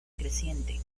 creciente